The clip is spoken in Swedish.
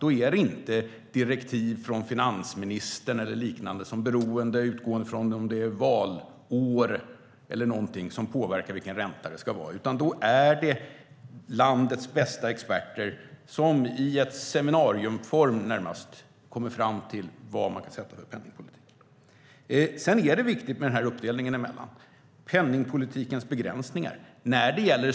Då är det inte direktiv från finansministern eller liknande som beroende på om det är valår eller någonting annat påverkar vilken ränta det ska vara, utan då är det landets bästa experter som närmast i seminarieform kommer fram till vad man kan sätta för penningpolitik. Det är viktigt med uppdelningen och penningpolitikens begränsningar.